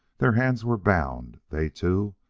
their hands were bound they, too,